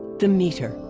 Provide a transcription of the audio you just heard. the meter!